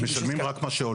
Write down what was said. הם משלמים רק מה שעולה.